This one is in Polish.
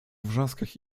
wrzaskach